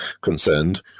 concerned